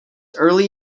early